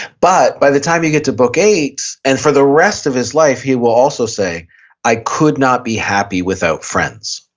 but by the time you get to book eight and for the rest of his life, he will also say i could not be happy without friends.